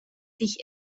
sich